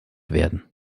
werden